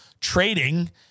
trading-